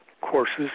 courses